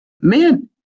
man